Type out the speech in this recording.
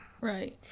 Right